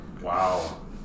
Wow